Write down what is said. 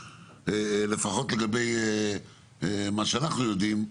לפחות לגבי מה שאנחנו יודעים,